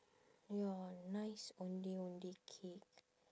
ya nice ondeh ondeh cake